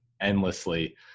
endlessly